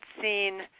seen